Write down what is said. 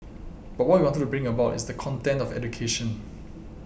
but what we wanted to bring about is the content of education